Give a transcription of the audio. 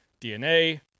DNA